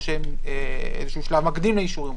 או שהם שלב מקדים לאישורים,